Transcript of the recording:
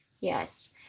Yes